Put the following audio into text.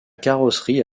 carrosserie